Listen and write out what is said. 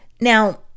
Now